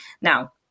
Now